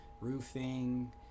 roofing